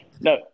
No